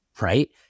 right